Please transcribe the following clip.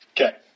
Okay